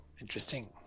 interesting